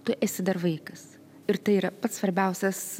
tu esi dar vaikas ir tai yra pats svarbiausias